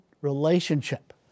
relationship